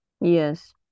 Yes